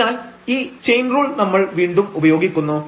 അതിനാൽ ഈ chain rule നമ്മൾ വീണ്ടും ഉപയോഗിക്കുന്നു